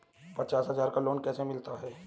पचास हज़ार का लोन कैसे मिलता है?